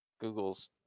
Google's